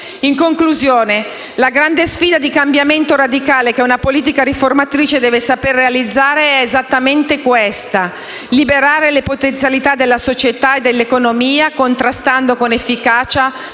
In conclusione, la grande sfida di cambiamento radicale che una politica riformatrice deve saper realizzare è esattamente questa: liberare le potenzialità della società e dell'economia contrastando con efficacia